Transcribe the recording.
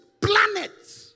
planets